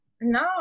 No